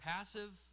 Passive